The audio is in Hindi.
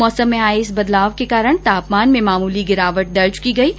मौसम में आए इस बदलाव के कारण तापमान में मामूली गिरावट दर्ज की गई है